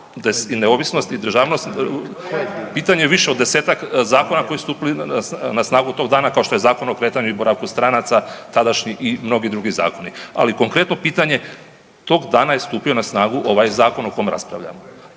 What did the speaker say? i neovisnost i državnost, pitanje je više od desetak zakona koji su stupili na snagu kao što je Zakon o kretanju i boravku stranaca tadašnji i mnogi drugi zakoni, ali konkretno pitanje tog dana je stupio na snagu ovaj zakon o kom raspravljamo